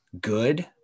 good